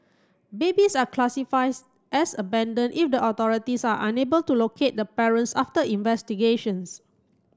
babies are as abandoned if the authorities are unable to locate the parents after investigations